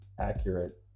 accurate